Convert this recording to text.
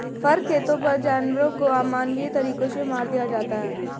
फर खेतों पर जानवरों को अमानवीय तरीकों से मार दिया जाता है